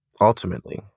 ultimately